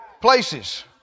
places